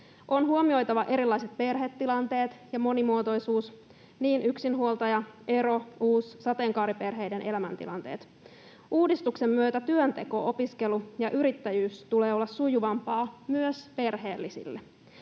On huomioitava erilaiset perhetilanteet ja monimuotoisuus, niin yksinhuoltaja‑, ero‑, uus‑ kuin sateenkaariperheiden elämäntilanteet. Uudistuksen myötä työnteon, opiskelun ja yrittäjyyden tulee olla sujuvampaa myös perheellisille.